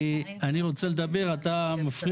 הדרישה שלך במקום ועניינית כי מה הקשר בין פוליטיקה,